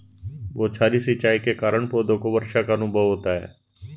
बौछारी सिंचाई के कारण पौधों को वर्षा का अनुभव होता है